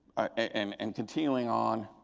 and and continuing on,